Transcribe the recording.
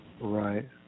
Right